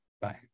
Bye